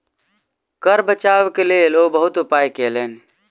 कर बचाव के लेल ओ बहुत उपाय कयलैन